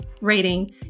rating